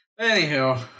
Anywho